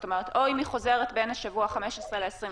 זאת אומרת, אם היא חוזרת בין השבוע ה-15 ל-26